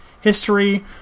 history